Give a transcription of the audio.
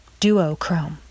duochrome